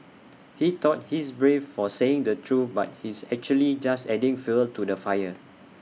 he thought he's brave for saying the truth but he's actually just adding fuel to the fire